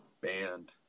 band